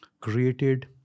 created